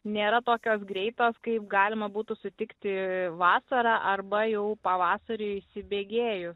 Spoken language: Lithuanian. nėra tokios greitos kaip galima būtų sutikti vasarą arba jau pavasariui įsibėgėjus